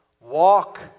Walk